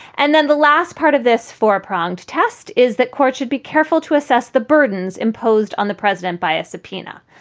and then the last part of this four pronged test is that courts should be careful to assess the burdens imposed on the president by a subpoena.